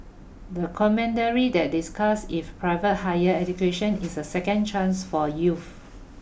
the commentary that discussed if private higher education is a second chance for youths